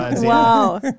Wow